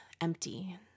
empty